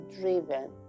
driven